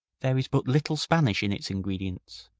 there is but little spanish in its ingredients.